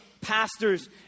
pastors